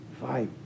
Fight